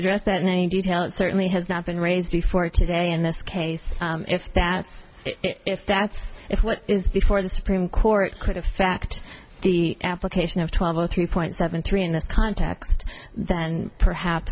address that in any detail it certainly has not been raised before today in this case if that's if that's if what is before the supreme court could affect the application of twelve o three point seven three in this context then perhaps